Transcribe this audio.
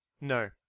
No